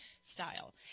style